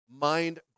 Mind